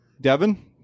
Devin